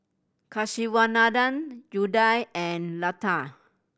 Kasiviswanathan Udai and Lata